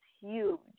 huge